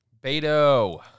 Beto